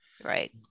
Right